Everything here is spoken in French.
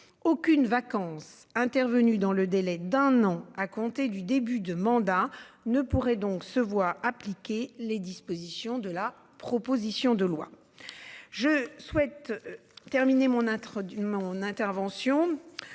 aucune vacances intervenu dans le délai d'un an à compter du début de mandat ne pourrait donc se voient appliquer les dispositions de la proposition de loi. Je souhaite terminer mon introduit